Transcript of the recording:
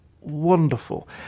wonderful